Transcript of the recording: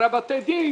הרי בתי הדין